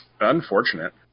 Unfortunate